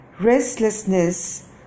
restlessness